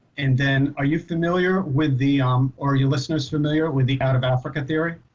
and then are you familiar with the or you listeners familiar with the out of africa theory?